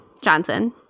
Johnson